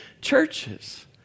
churches